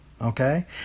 Okay